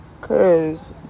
Cause